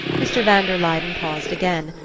mr. van der luyden paused again,